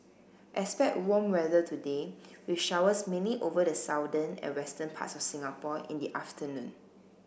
expect warm weather today with showers mainly over the southern and western parts of Singapore in the afternoon